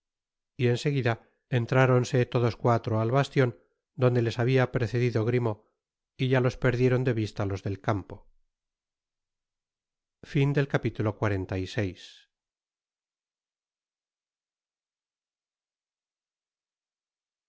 y en seguida entráronse todos cuatro al bastion donde les habia precedido grimaud y ya los perdieron de vista los del campo